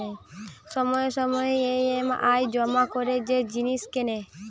সময়ে সময়ে ই.এম.আই জমা করে যে জিনিস কেনে